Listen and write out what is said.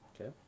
okay